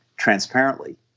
transparently